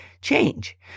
change